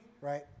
Right